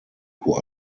who